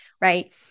Right